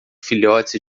filhotes